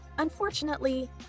Unfortunately